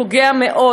פוגע מאוד,